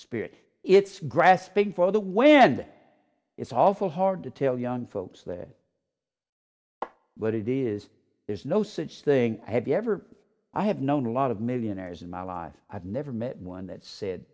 spirit it's grasping for the wind it's awful hard to tell young folks there what it is there's no such thing have you ever i have known a lot of millionaires in my life i've never met one that said